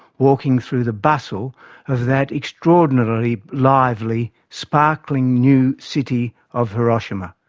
walking through the bustle of that extraordinarily lively, sparkling new city of hiroshima.